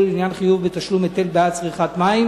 לעניין חיוב בתשלום היטל בעד צריכת מים